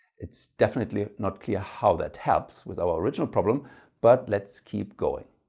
it's definitely not clear how that helps with our original problem but let's keep going.